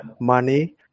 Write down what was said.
money